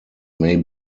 may